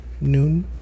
Noon